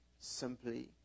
Simply